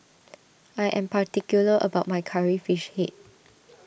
I am particular about my Curry Fish Head